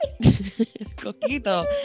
coquito